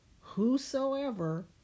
Whosoever